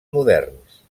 moderns